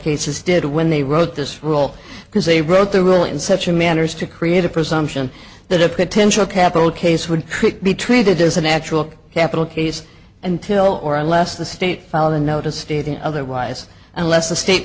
cases did when they wrote this rule because they wrote the rule in such a manner as to create a presumption that a potential capital case would be treated as a natural capital case until or unless the state followed a notice stating otherwise unless the state